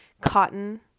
cotton